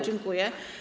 Dziękuję.